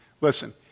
Listen